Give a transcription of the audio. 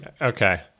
Okay